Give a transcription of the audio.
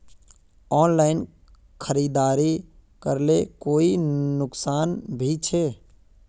Online खरीदारी करले कोई नुकसान भी छे?